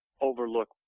overlook